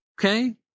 Okay